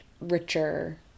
richer